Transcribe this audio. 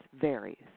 varies